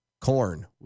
Corn